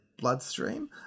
bloodstream